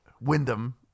Wyndham